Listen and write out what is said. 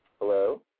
Hello